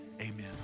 amen